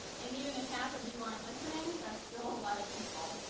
and even if half of you aren't listening, that's still a lot of people.